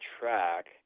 track